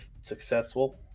successful